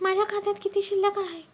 माझ्या खात्यात किती शिल्लक आहे?